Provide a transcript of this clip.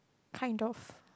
kind of